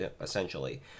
essentially